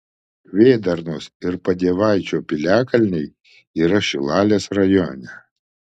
kvėdarnos ir padievaičio piliakalniai yra šilalės rajone